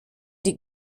die